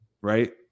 Right